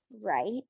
right